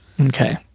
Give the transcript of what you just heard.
Okay